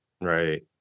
right